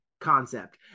concept